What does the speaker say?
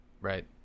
right